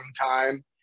time